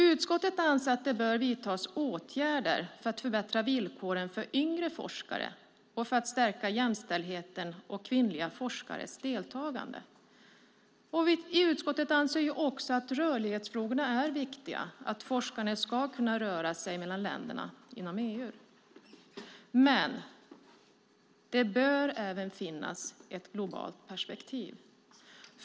Utskottet anser att det bör vidtas åtgärder för att förbättra villkoren för yngre forskare och för att stärka jämställdheten och kvinnliga forskares deltagande. Utskottet anser vidare att rörlighetsfrågorna är viktiga, forskarna ska kunna röra sig mellan länderna inom EU. Men det bör även finnas ett globalt perspektiv.